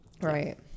Right